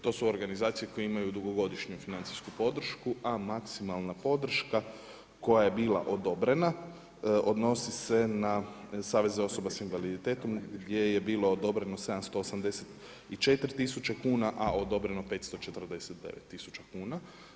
To su organizacije koje imaju dugogodišnju financijsku podršku a maksimalna podrška koja je bila odobrena odnosi se na Savez osoba sa invaliditetom gdje je bilo odobreno 784 tisuće kuna a odobreno 549 tisuća kuna.